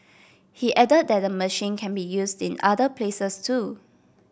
he added that the machine can be used in other places too